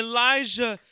Elijah